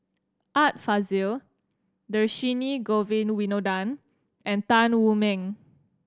Art Fazil Dhershini Govin Winodan and Tan Wu Meng